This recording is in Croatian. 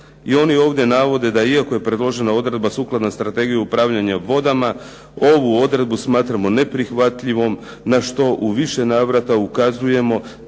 i oni ovdje navode da "iako je predložena odredba sukladna strategiji upravljanja vodama ovu odredbu smatramo neprihvatljivom na što u više navrata ukazujemo